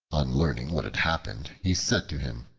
on learning what had happened, he said to him,